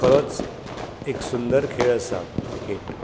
खरोच एक सुंदर खेळ आसा क्रिकेट